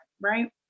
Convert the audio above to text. Right